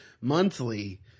monthly